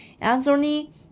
Anthony